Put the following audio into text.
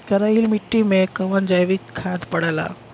करइल मिट्टी में कवन जैविक खाद पड़ेला?